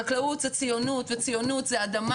חקלאות זה ציונות, וציונות זה אדמה.